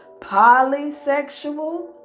polysexual